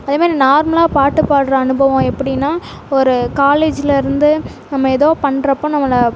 அதேமாரி நார்மலாக பாட்டு பாட்ற அனுபவம் எப்படின்னா ஒரு காலேஜில் இருந்து நம்ம எதோ பண்ணுறப்போ நம்மளை